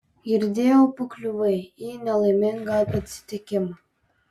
girdėjau pakliuvai į nelaimingą atsitikimą